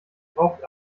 braucht